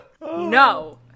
No